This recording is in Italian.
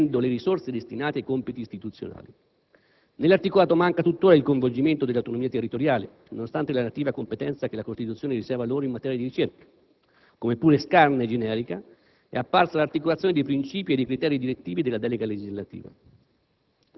distraendo le risorse destinate ai compiti istituzionali. Nell'articolato manca tuttora il coinvolgimento delle autonomie territoriali, nonostante la relativa competenza che la Costituzione riserva loro in materia di ricerca. Come pure scarna e generica è apparsa l'articolazione dei princìpi e dei criteri direttivi della delega legislativa.